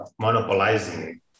monopolizing